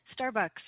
Starbucks